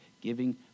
giving